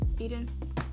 eden